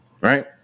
Right